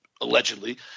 allegedly